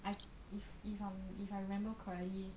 I if if I'm if I remember correctly